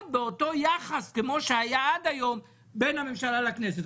באותו יחס כמו שהיה עד היום בין הממשלה לכנסת?